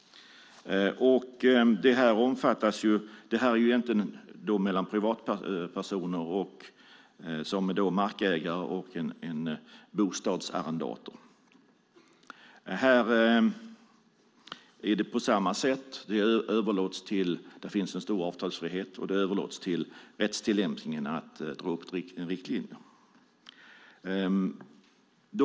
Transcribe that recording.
Det handlar om något som finns mellan en privatperson som är markägare och en bostadsarrendator. Här är det på samma sätt, alltså att det finns en stor avtalsfrihet och det överlåts till rättstillämpningen att dra upp riktlinjerna.